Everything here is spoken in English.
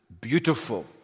beautiful